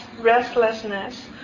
restlessness